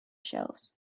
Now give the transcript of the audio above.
shelves